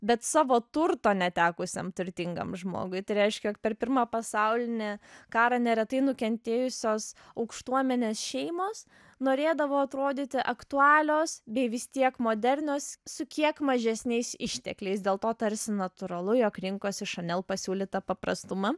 bet savo turto netekusiam turtingam žmogui tai reiškia jog per pirmą pasaulinį karą neretai nukentėjusios aukštuomenės šeimos norėdavo atrodyti aktualios bei vis tiek modernios su kiek mažesniais ištekliais dėl to tarsi natūralu jog rinkosi chanel pasiūlytą paprastumą